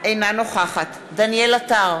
אינה נוכחת דניאל עטר,